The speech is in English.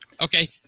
okay